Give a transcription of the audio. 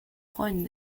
freuen